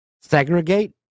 segregate